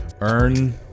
earn